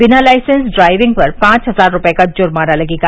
बिना license driving पर पांच हजार रुपये का जुर्माना लगेगा